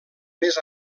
més